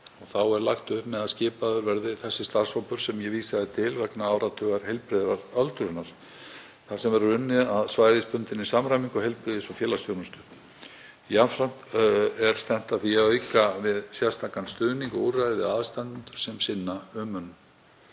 Þá er lagt upp með að skipaður verði þessi starfshópur sem ég vísaði til vegna áratugar heilbrigðrar öldrunar þar sem verður unnið að svæðisbundinni samræmingu heilbrigðis- og félagsþjónustu. Jafnframt er stefnt að því að auka við sérstakan stuðning og úrræði við aðstandendur sem sinna umönnun.